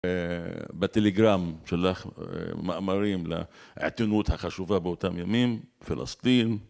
בטלגרם שלח מאמרים לעתונות החשובה באותם ימים, פלסטין.